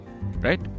Right